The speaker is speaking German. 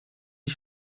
die